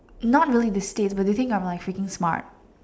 not really this kid but they think I'm like freaking smart